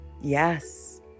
Yes